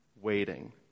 Waiting